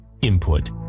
input